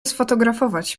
sfotografować